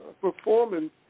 performance